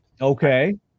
Okay